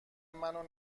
منو